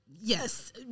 Yes